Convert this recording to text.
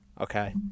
Okay